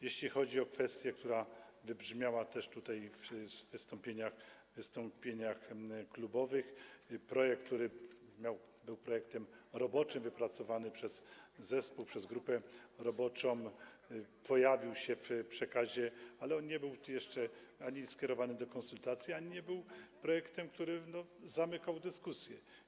Jeśli chodzi o kwestię, która wybrzmiała też tutaj w wystąpieniach klubowych - projekt, który był projektem roboczym wypracowanym przez zespół, przez grupę roboczą, pojawił się w przekazie, ale on ani nie był jeszcze skierowany do konsultacji, ani nie był projektem, który zamykał dyskusję.